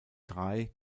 drei